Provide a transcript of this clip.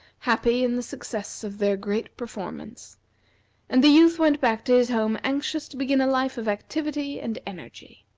happy in the success of their great performance and the youth went back to his home anxious to begin a life of activity and energy.